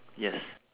yes